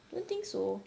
don't think so